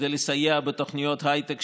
כדי לסייע לתוכניות הייטק,